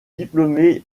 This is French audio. diplômé